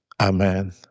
Amen